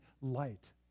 light